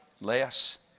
less